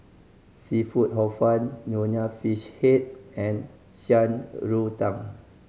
seafood Hor Fun Nonya Fish Head and Shan Rui Tang